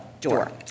door